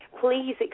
please